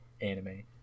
anime